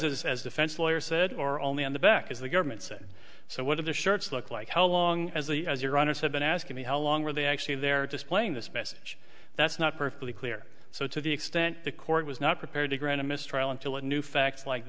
is as defense lawyer said or only on the back as the government said so what are the shirts look like how long as the as your runners have been asking me how long were they actually there displaying this message that's not perfectly clear so to the extent the court was not prepared to grant a mistrial until a new facts like